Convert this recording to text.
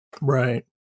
Right